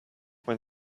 when